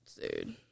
Dude